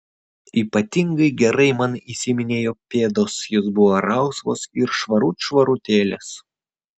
ypatingai gerai man įsiminė jo pėdos jos buvo rausvos ir švarut švarutėlės